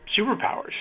superpowers